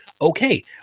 Okay